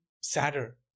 sadder